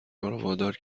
وادار